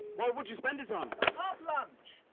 what would you spend it on? a pub lunch!